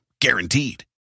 guaranteed